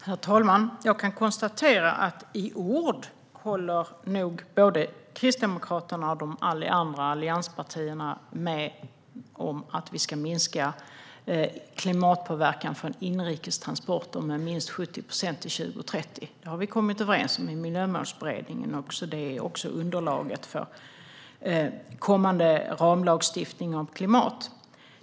Herr talman! Jag kan konstatera att i ord håller nog både Kristdemokraterna och de andra allianspartierna med om att vi ska minska klimatpåverkan från inrikes transporter med minst 70 procent till år 2030. Det har vi kommit överens om i Miljömålsberedningen, och det är också underlaget för kommande ramlagstiftning om klimat.